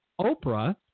Oprah